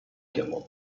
chiamò